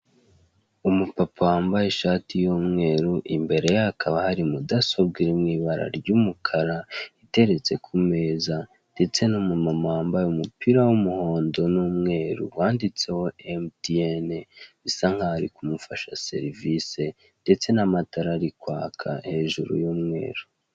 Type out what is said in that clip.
Umupapa wambaye ishati y'umweru, imbere ye hakaba hari mudasobwa iri mu ibara ry'umukara, iteretse kumeza, ndetse n'umumama wambaye umupira w'umuhondo n'umweru wanditseho MTN, bisa nkaho ari kumufasha serivise, ndetse n'amatara ari kwaka hejuru y'umweru.